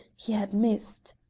he had missed.